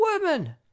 women